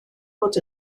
fod